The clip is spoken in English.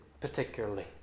particularly